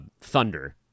Thunder